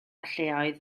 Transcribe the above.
lleoedd